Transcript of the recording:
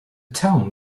town